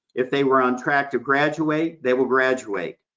if they were on track to graduate, they will graduate.